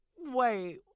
Wait